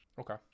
Okay